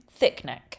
Thickneck